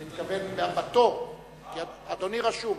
אני מתכוון בתור, כי אדוני רשום.